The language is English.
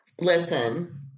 Listen